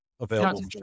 available